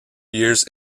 years